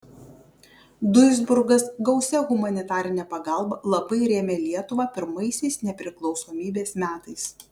duisburgas gausia humanitarine pagalba labai rėmė lietuvą pirmaisiais nepriklausomybės metais